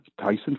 Tyson